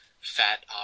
Fat